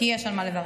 כי יש על מה לברך.